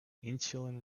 insulin